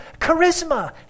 charisma